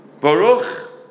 Baruch